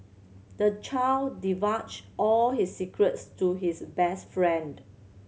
the child divulged all his secrets to his best friend